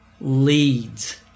leads